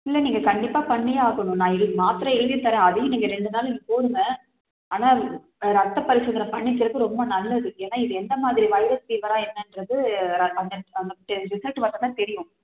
இல்லை நீங்கள் கண்டிப்பாக பண்ணியே ஆகணும் நான் இது மாத்தரை எழுதி தரேன் அதையும் நீங்கள் ரெண்டு நாள் போடுங்க ஆனால் ரத்த பரிசோதனை பண்ணிக்கிறது ரொம்ப நல்லது ஏன்னால் இது எந்த மாதிரி வைரஸ் ஃபீவரா என்னென்றது ர அந்த அந்த ரிசல்ட்டு வந்தால் தான் தெரியும்